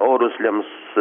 orus lems